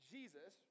jesus